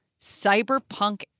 cyberpunk